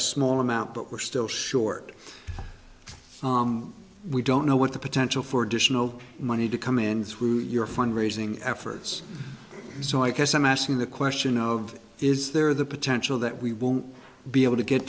a small amount but we're still short we don't know what the potential for additional money to come in through your fund raising efforts so i guess i'm asking the question of is there the potential that we won't be able to get